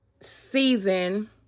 season